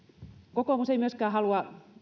kokoomus ei myöskään halua